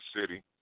City